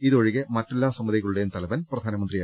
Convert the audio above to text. ഇതൊഴികെ മറ്റെല്ലാ ്സമിതികളുടേയും തലവൻ പ്രധാ നമന്ത്രിയാണ്